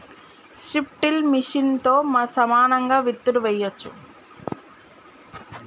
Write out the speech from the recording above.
strip till మెషిన్తో సమానంగా విత్తులు వేయొచ్చు